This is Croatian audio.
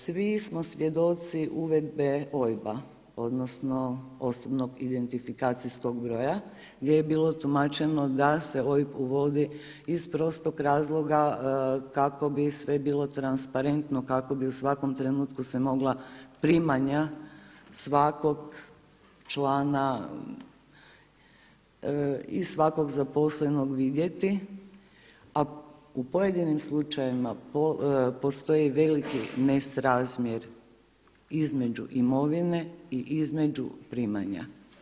Svi smo svjedoci uvedbe OIB-a odnosno osobnog identifikacijskog broja gdje je bilo tumačeno da je OIB uvodi iz prostog razloga kako bi sve bilo transparentno, kako bi u svakom trenutku se mogla primanja svakog člana i svakog zaposlenog vidjeti, a u pojedinim slučajevima postoji veliki nesrazmjer između imovine i između primanja.